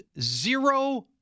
zero